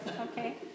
Okay